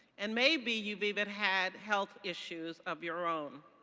and maybe you've even had health issues of your own.